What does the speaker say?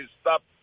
stop